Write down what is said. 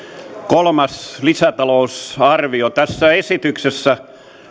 kolmas lisätalousarvio tässä esityksessä